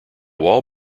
wall